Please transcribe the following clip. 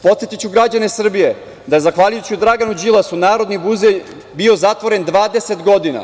Podsetiću građane Srbije da zahvaljujući Draganu Đilasu Narodni muzej je bio zatvoren 20 godina.